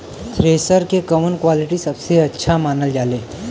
Thresher के कवन quality सबसे अच्छा मानल जाले?